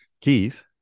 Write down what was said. Keith